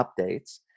updates